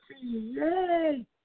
yay